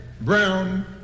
brown